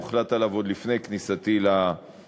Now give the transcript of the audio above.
הוחלט עליו עוד לפני כניסתי לתפקיד,